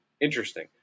interesting